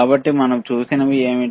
కాబట్టి మనం చూసినవి ఏమిటి